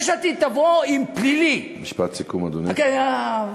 יש עתיד תבוא עם, פלילי, משפט סיכום, אדוני.